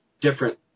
different